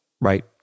right